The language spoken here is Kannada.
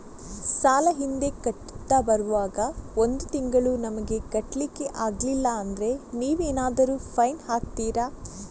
ಸಾಲ ಹಿಂದೆ ಕಟ್ಟುತ್ತಾ ಬರುವಾಗ ಒಂದು ತಿಂಗಳು ನಮಗೆ ಕಟ್ಲಿಕ್ಕೆ ಅಗ್ಲಿಲ್ಲಾದ್ರೆ ನೀವೇನಾದರೂ ಫೈನ್ ಹಾಕ್ತೀರಾ?